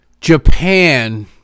Japan